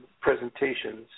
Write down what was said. Presentations